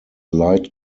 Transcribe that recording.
light